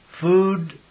Food